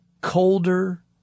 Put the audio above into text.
colder